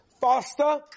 faster